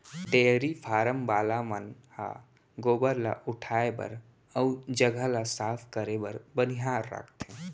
dairy farm वाला मन ह गोबर ल उठाए बर अउ जघा ल साफ करे बर बनिहार राखथें